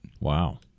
Wow